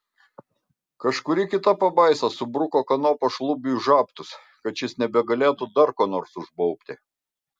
kažkuri kita pabaisa subruko kanopą šlubiui į žabtus kad šis nebegalėtų dar ko nors užbaubti